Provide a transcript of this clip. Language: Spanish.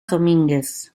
domínguez